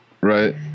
right